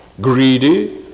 greedy